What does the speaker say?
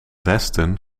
westen